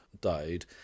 died